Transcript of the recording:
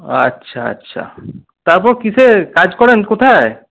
আচ্ছা আচ্ছা তারপর কিসে কাজ করেন কোথায়